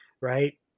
right